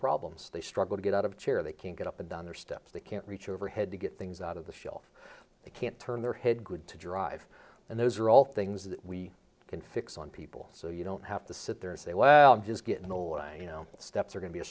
problems they struggle to get out of chair they can't get up and down their steps they can't reach over head to get things out of the shelf they can't turn their head good to drive and those are all things that we can fix on people so you don't have to sit there and say well i'm just getting old you know steps are go